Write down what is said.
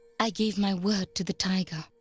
i gave my word to the tiger,